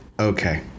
Okay